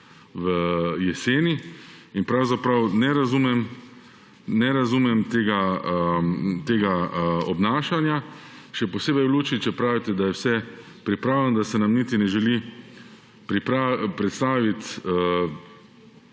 v jeseni in pravzaprav ne razumem tega obnašanja, še posebej v luči, če pravite, da je vse pripravljeno, da se nam niti ne želi predstaviti